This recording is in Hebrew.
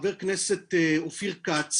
חבר הכנסת אופיר כץ